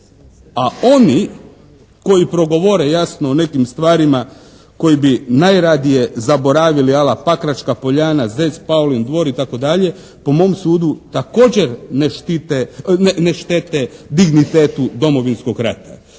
a oni koji progovore jasno o nekim stvarima koji bi najradije zaboravili ala Pakračka Poljana, Zec, Paulin, Dvor itd. po mom sudu također ne štete dignitetu Domovinskog rata.